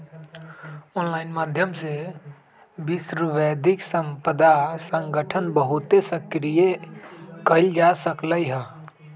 online माध्यम से विश्व बौद्धिक संपदा संगठन बहुते सक्रिय कएल जा सकलई ह